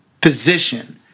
position